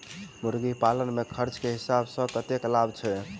मुर्गी पालन मे खर्च केँ हिसाब सऽ कतेक लाभ छैय?